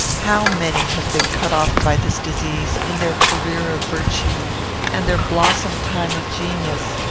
how many have been cut off by this disease, in their career of virtue and their blossom-time of genius!